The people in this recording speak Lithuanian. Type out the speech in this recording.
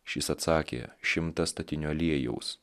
šis atsakė šimtą statinių aliejaus